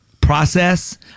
process